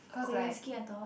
Kozminski I thought